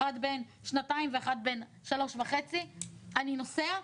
אחד בן שנתיים ואחד בן 3.5,אני נוסע,